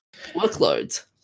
workloads